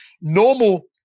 normal